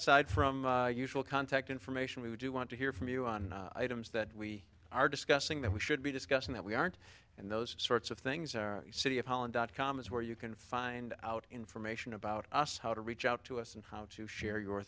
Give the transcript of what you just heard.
aside from usual contact information we do want to hear from you on items that we are discussing that we should be discussing that we aren't in those sorts of things our city of holland dot com is where you can find out information about us how to reach out to us and how to share your